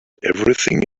everything